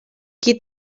qui